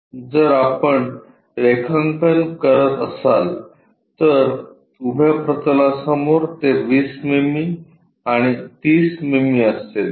जर आपण रेखांकन करत असाल तर उभ्या प्रतलासमोर ते 20 मिमी आणि 30 मिमी असेल